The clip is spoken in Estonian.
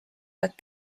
oled